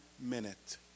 minute